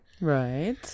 right